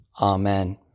Amen